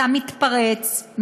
אתה מתפרץ,